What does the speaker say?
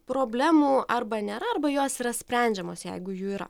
problemų arba nėra arba jos yra sprendžiamos jeigu jų yra